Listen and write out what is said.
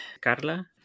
Carla